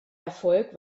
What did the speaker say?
erfolg